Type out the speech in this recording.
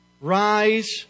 rise